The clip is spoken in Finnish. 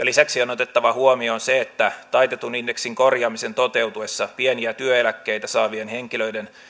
lisäksi on otettava huomioon se että taitetun indeksin korjaamisen toteutuessa pieniä työeläkkeitä saavien henkilöiden